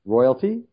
Royalty